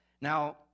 now